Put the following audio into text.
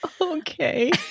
okay